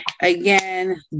Again